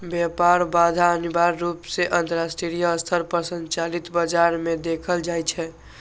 व्यापार बाधा अनिवार्य रूप सं अंतरराष्ट्रीय स्तर पर संचालित बाजार मे देखल जाइ छै